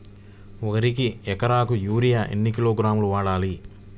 వరికి ఎకరాకు యూరియా ఎన్ని కిలోగ్రాములు వాడాలి?